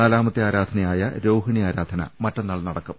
നാലാമത്തെ ആരാധനയായ രോഹിണി ആരാധന മറ്റന്നാൾ നടക്കും